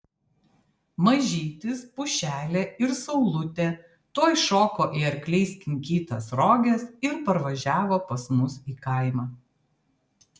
mažytis pušelė ir saulutė tuoj šoko į arkliais kinkytas roges ir parvažiavo pas mus į kaimą